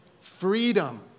freedom